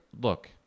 look